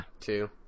two